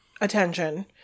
attention